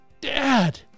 Dad